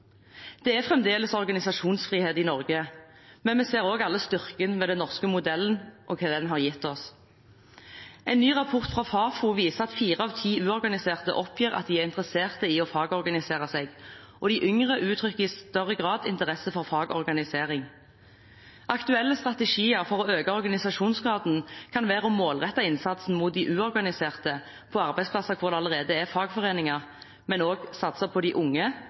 Det er fremdeles organisasjonsfrihet i Norge, men vi ser alle styrken ved den norske modellen og hva den har gitt oss. En ny rapport fra Fafo viser at fire av ti uorganiserte oppgir at de er interessert i å fagorganisere seg, og de yngre uttrykker i større grad interesse for fagorganisering. Aktuelle strategier for å øke organisasjonsgraden kan være å målrette innsatsen mot de uorganiserte på arbeidsplasser hvor det allerede er fagforeninger, men også å satse på de unge,